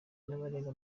n’abarenga